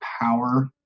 power